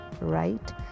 right